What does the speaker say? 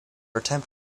attempt